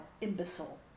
imbecile